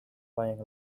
playing